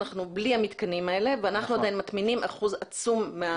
אנחנו בלי המתקנים האלה ואנחנו עדיין מטמינים אחוז עצום.